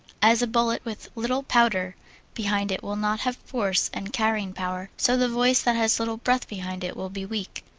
as a bullet with little powder behind it will not have force and carrying power, so the voice that has little breath behind it will be weak.